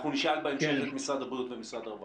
אנחנו נשאל בהמשך את משרד הבריאות ואת משרד הרווחה.